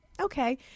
okay